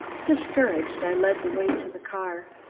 discouraged, i led the way to the car.